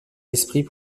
l’esprit